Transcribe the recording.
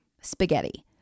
spaghetti